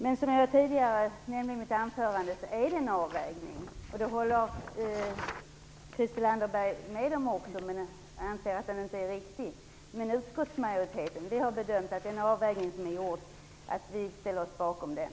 Men som jag nämnde i mitt anförande är det en avvägning, och det håller Christel Anderberg också med om, men hon anser att den som har gjorts inte är riktig. Utskottsmajoriteten har däremot ställt sig bakom den.